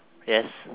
yes